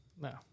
No